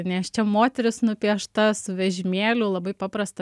nėščia moteris nupiešta su vežimėliu labai paprasta